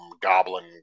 goblin